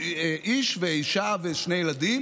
איש ואישה ושני ילדים,